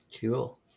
Cool